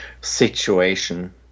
situation